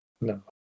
No